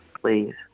please